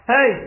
Hey